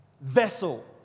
vessel